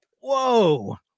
whoa